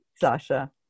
Sasha